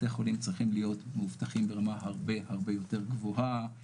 בתי חולים צריכים להיות מאובטחים ברמה הרבה הרבה יותר גבוהה.